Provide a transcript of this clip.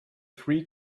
three